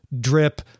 drip